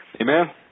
Amen